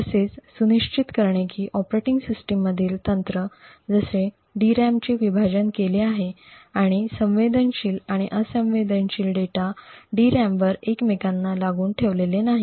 तसेच सुनिश्चित करणे कि ऑपरेटिंग सिस्टममधील तंत्र जसे DRAM चे विभाजन केले आहे आणि संवेदनशील आणि असंवेदनशील डेटा DRAM वर एकमेकांना लागून ठेवलेला नाही